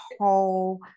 whole